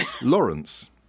Lawrence